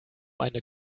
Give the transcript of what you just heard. eine